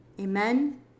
Amen